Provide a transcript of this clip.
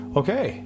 okay